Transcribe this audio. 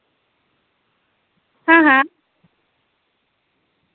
हां हां